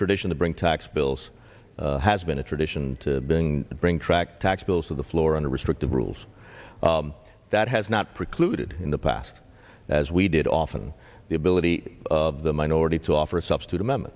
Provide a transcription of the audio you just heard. tradition to bring tax bills has been a tradition to bring bring track tax bills to the floor under restrictive rules that has not precluded in the past as we did often the ability of the minority to offer a substitute